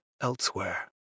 Elsewhere